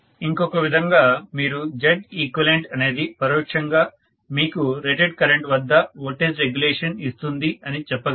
ఇంకొక విధంగా మీరు Zeq అనేది పరోక్షంగా మీకు రేటెడ్ కరెంట్ వద్ద వోల్టేజ్ రెగ్యులేషన్ ఇస్తుంది అని చెప్పగలరు